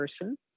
person